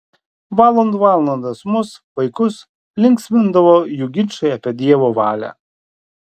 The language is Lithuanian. valandų valandas mus vaikus linksmindavo jų ginčai apie dievo valią